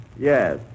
Yes